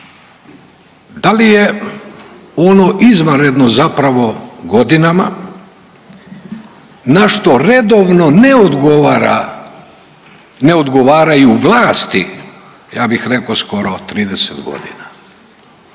Da li je ono izvanredno zapravo godina na što redovno ne odgovara, ne odgovaraju vlasti ja bih rekao skoro 30 godina.